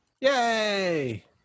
Yay